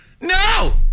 No